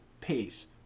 peace